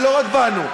ולא רק בנו,